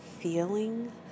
feeling